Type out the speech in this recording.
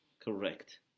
correct